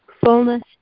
Fullness